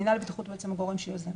מינהל הבטיחות הוא הגורם שיוזם,